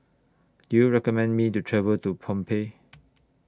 Do YOU recommend Me to travel to Phnom Penh